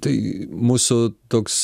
tai mūsų toks